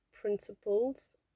principles